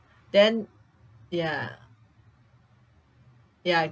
then ya ya